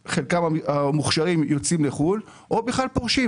או יורדים לליגה השנייה או חלקם המוכשרים יוצאים לחו"ל או בכלל פורשים.